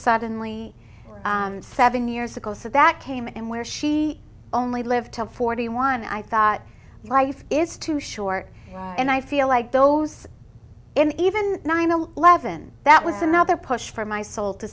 suddenly seven years ago so that came and where she only lived forty one i thought life is too short and i feel like those in even nine eleven that was another push for my soul to